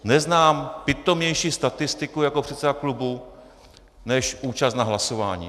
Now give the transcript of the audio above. Neznám pitomější statistiku jako předseda klubu, než je účast na hlasování.